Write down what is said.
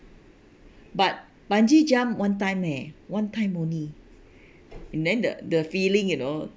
but bungee jump one time eh one time only and then the the feeling you know